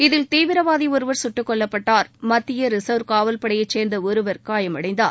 இதில் தீவிரவாதி ஒருவர் சுட்டுக்கொல்லப்பட்டார் மத்திய ரிசர்வ் காவல்படையை சேர்ந்த ஒருவர் காயமடைந்தார்